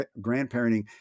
grandparenting